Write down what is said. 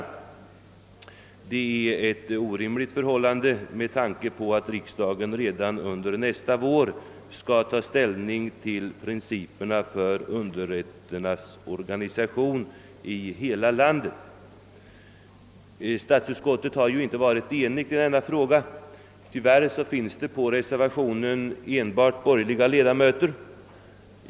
Ett sådant förfaringssätt är orimligt, särskilt med tanke på att riksdagen redan under nästa vår skall ta ställning till principerna för underrätternas organisation i hela landet. Statsutskottet har inte varit enhälligt 1 denna fråga. Tyvärr finns det på reservationen enbart borgerliga ledamöters namn.